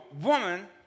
woman